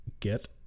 Get